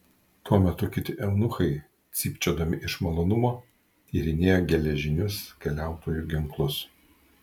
tuo metu kiti eunuchai cypčiodami iš malonumo tyrinėjo geležinius keliautojų ginklus